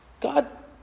God